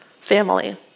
family